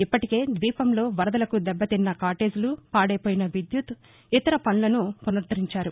ఇప్పటికే ద్వీపంలో వరదలకు దెబ్బ తిన్న కాటేజీలు పాదైపోయిన విద్యుత్ ఇతర వసతులను ఫునరుద్దరించారు